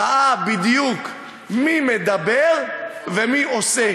ראה בדיוק מי מדבר ומי עושה,